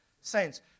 saints